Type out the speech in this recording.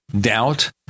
doubt